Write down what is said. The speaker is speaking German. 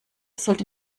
sollte